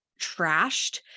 trashed